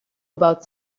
about